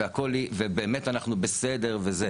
ובאמת אנחנו בסדר וזה.